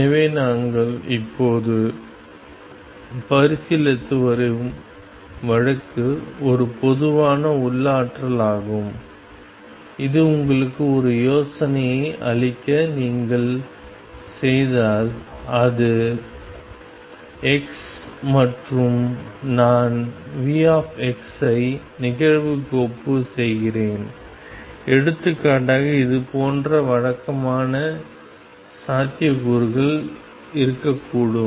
எனவே நாங்கள் இப்போது பரிசீலித்து வரும் வழக்கு ஒரு பொதுவான உள்ளாற்றல் ஆகும் இது உங்களுக்கு ஒரு யோசனை அளிக்க நீங்கள் செய்தால் இது x மற்றும் நான் V ஐ நிகழ்வுக்கோப்பு செய்கிறேன் எடுத்துக்காட்டாக இது போன்ற வழக்கமான சாத்தியக்கூறுகள் இருக்கக்கூடும்